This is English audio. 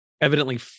evidently